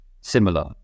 similar